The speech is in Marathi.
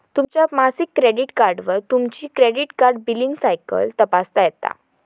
तुमच्या मासिक क्रेडिट कार्डवर तुमची क्रेडिट कार्ड बिलींग सायकल तपासता येता